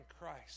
Christ